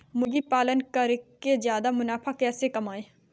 मुर्गी पालन करके ज्यादा मुनाफा कैसे कमाएँ?